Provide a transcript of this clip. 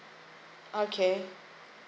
okay